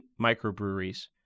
microbreweries